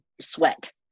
sweat